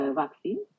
vaccine